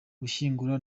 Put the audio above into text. gushyingura